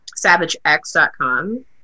savagex.com